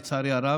לצערי הרב,